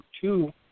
two